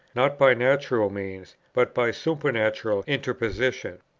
not by natural means, but by a supernatural interposition.